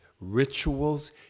Rituals